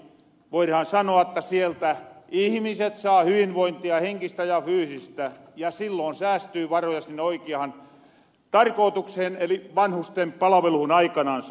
voirahan sanoa että sieltä ihmiset saa hyvinvointia henkistä ja fyysistä ja silloon säästyy varoja sinne oikiahan tarkootukseen eli vanhusten palveluhun aikanansa